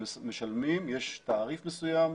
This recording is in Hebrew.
יש תעריף מסוים,